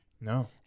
No